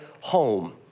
home